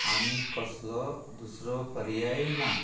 आनी कसलो दुसरो पर्याय ना